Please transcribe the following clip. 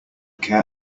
care